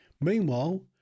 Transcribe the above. Meanwhile